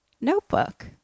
notebook